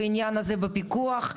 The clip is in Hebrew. והעניין הזה בפיקוח.